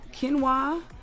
quinoa